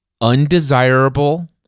undesirable